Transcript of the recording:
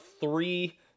three